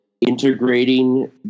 integrating